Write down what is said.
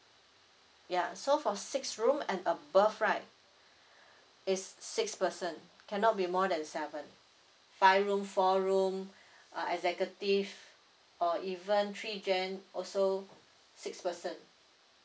ya so for six room and above right it's six person cannot be more than seven five room four room uh executive or even three GEN also six person